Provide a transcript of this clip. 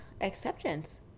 Acceptance